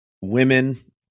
women